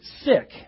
sick